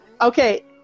Okay